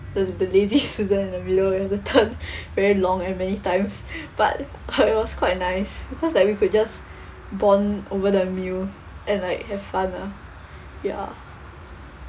the the lazy susan in the middle we have to turn very long and many times but it was quite nice because like we could just bond over the meal and like have fun ah ya